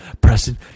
Preston